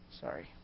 Sorry